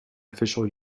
official